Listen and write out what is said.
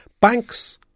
Banks